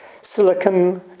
silicon